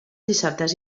dissabtes